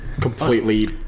completely